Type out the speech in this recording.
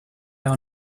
are